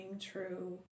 true